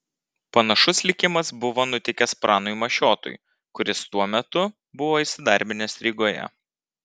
panašus likimas buvo nutikęs pranui mašiotui kuris tuo metu buvo įsidarbinęs rygoje